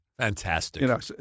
Fantastic